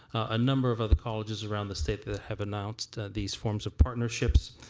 a number of other colleges around the state that have announced these forms of partnerships.